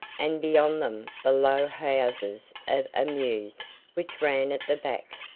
and beyond them the low houses of a mews which ran at the back.